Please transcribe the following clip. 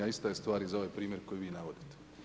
Ista je stvar i za ovaj primjer koji vi navodite.